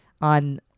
on